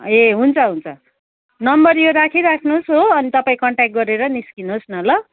ए हुन्छ हुन्छ नम्बर यो राखिराख्नुहोस् हो अनि तपाईँ कन्ट्याक्ट गरेर निस्किनुहोस् न ल